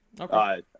Okay